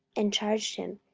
and charged him,